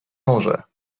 może